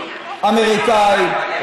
אמריקנים,